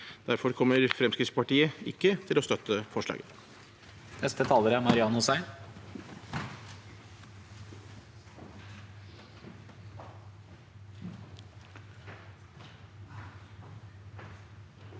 Derfor kommer ikke Fremskrittspartiet til å støtte forslaget.